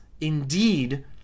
indeed